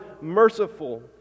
merciful